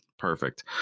Perfect